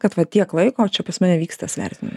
kad va tiek laiko čia pas mane vyks tas vertinima